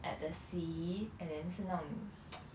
at the sea and then 是那种